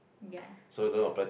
ya